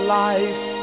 life